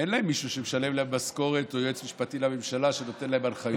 אין להם מישהו שמשלם להם משכורת או יועץ משפטי לממשלה שנותן להם הנחיות.